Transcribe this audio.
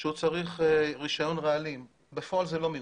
שהוא צריך רישיון רעלים אבל בפועל זה לא מיושם.